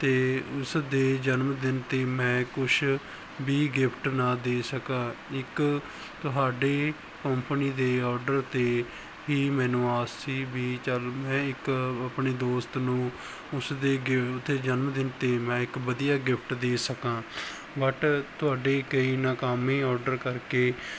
ਅਤੇ ਉਸ ਦੇ ਜਨਮ ਦਿਨ 'ਤੇ ਮੈਂ ਕੁਛ ਵੀ ਗਿਫਟ ਨਾ ਦੇ ਸਕਾ ਇੱਕ ਤੁਹਾਡੇ ਕੋਂਪਨੀ ਦੇ ਆਰਡਰ 'ਤੇ ਹੀ ਮੈਨੂੰ ਆਸ ਸੀ ਵੀ ਚੱਲ ਮੈਂ ਇੱਕ ਆਪਣੇ ਦੋਸਤ ਨੂੰ ਉਸ ਦੇ ਗੇ ਉੱਤੇ ਜਨਮ ਦਿਨ 'ਤੇ ਮੈਂ ਇੱਕ ਵਧੀਆ ਗਿਫਟ ਦੇ ਸਕਾਂ ਬਟ ਤੁਹਾਡੀ ਕਈ ਨਾਕਾਮੀ ਆਰਡਰ ਕਰਕੇ